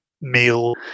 meal